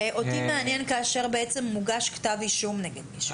אותי מעניין כאשר מוגש כתב אישום נגד מישהו,